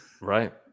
Right